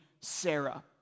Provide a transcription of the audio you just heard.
Sarah